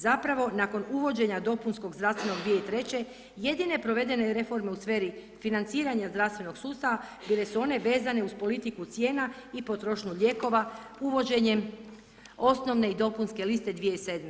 Zapravo, nakon uvođenja dopunskog zdravstvenog 2003. jedine provedene reforme u sferi financiranja zdravstvenog sustava bile su one vezane uz politiku cijena i potrošnje lijekova uvođenjem osnovne i dopunske liste 2007.